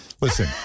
Listen